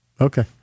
okay